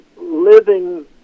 living